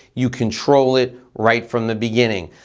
you control it right from the beginning.